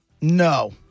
no